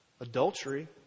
Adultery